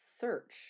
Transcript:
search